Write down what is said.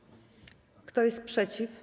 Kto jest przeciw?